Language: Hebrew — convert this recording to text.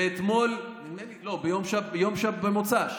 ואתמול, לא, במוצ"ש,